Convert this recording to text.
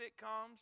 sitcoms